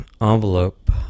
envelope